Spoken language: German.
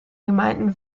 gemeinden